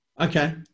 Okay